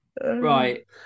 right